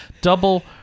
double